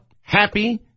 happy